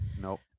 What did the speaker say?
Nope